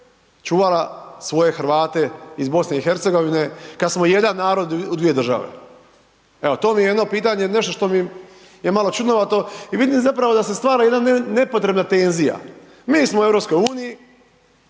čuvala svoje Hrvate iz BiH kad smo jedan narod u dvije države? Evo, to mi je jedno pitanje, nešto što mi je malo čudnovato i vidim zapravo da se stvara jedan nepotrebna tenzija, mi smo u EU,